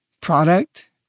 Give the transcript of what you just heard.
product